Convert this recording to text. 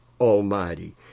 Almighty